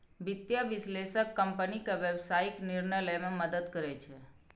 वित्तीय विश्लेषक कंपनी के व्यावसायिक निर्णय लए मे मदति करै छै